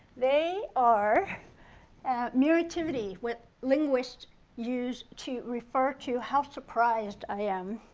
they are mirativity, what linguists use to refer to how surprised i am.